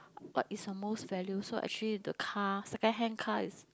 what is a most value so actually the car second hand car is